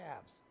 calves